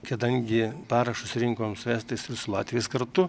kadangi parašus rinkom su estais ir su latviais kartu